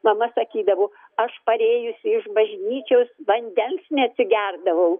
mama sakydavo aš parėjusi iš bažnyčios vandens neatsigerdavau